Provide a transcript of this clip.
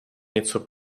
něco